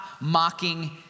mocking